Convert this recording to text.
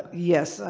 yes.